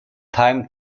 time